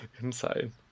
Inside